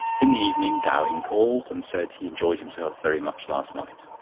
in the evening gowing called, and said he enjoyed himself very much last night.